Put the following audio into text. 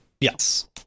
Yes